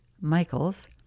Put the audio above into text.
Michaels